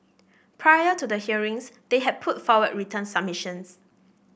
prior to the hearings they had put forward written submissions